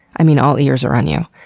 i mean, all ears are on you.